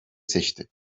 seçti